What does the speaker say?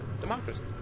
Democracy